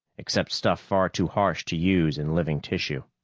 except stuff far too harsh to use in living tissue.